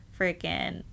freaking